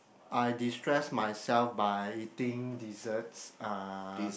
I destress myself by eating desserts uh